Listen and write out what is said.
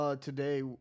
Today